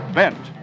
bent